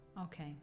Okay